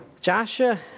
Joshua